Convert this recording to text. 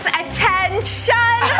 attention